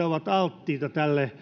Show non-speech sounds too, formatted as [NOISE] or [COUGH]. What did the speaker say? [UNINTELLIGIBLE] ovat alttiita